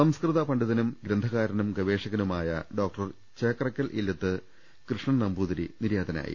സംസ്കൃത പണ്ഡിതനും ഗ്രന്ഥകാരനും ഗ്രവേഷകനുമായ ഡോക്ടർ ചേക്രക്കൽ ഇല്ലത്ത് കൃഷ്ണൻ നമ്പൂതിരി നിര്യാതനായി